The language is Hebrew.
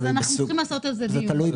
אז אנחנו צריכים לעשות על זה דיון.